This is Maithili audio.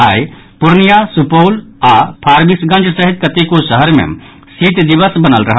आइ पूर्णिया सुपौल आओर फारबिसगंज सहित कतेको शहर मे शीतदिवस बनल रहल